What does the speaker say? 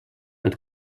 над